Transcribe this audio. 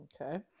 Okay